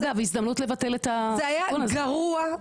זה היה גרוע,